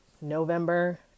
November